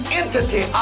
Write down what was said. entity